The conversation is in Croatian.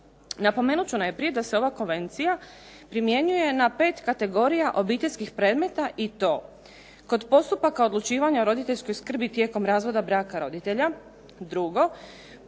Napomenut ću najprije da se ova konvencija primjenjuje na pet kategorija obiteljskih predmeta i to: kod postupaka odlučivanja roditeljske skrbi tijekom razvoda braka roditelja, 2. kod